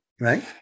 Right